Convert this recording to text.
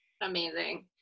Amazing